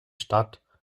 stadt